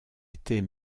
était